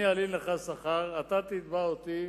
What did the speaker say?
אני אלין לך שכר, אתה תתבע אותי